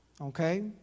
Okay